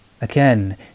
Again